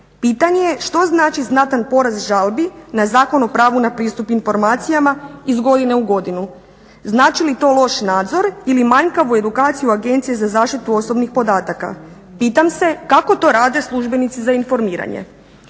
Pitanje je što znači znatan porast žalbi na Zakon o pravu na pristup informacijama iz godine u godinu. Znači li to loš nadzor ili manjkavu edukaciju Agencije za zaštitu osobnih podataka? Pitam se kako to rade službenici za informiranje?